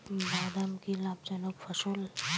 বাদাম কি লাভ জনক ফসল?